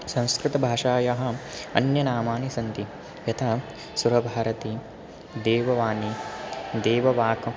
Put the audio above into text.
संस्कृतभाषायाः अन्यनामानि सन्ति यथा सुरभारती देववाणी देववाक्